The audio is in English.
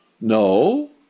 No